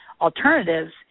alternatives